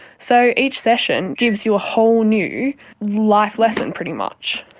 so each session gives you a whole new life lesson pretty much.